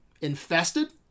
Infested